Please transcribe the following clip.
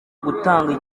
gutanga